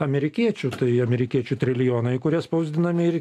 amerikiečių tai amerikiečių trilijonai kurie spausdinami ir